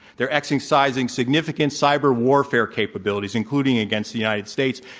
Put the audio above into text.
they're exercising significant cyber warfare capabilities, including against the united states,